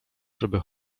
żeby